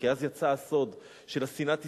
כי אז יצא הסוד של שנאת ישראל,